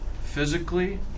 physically